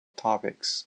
topics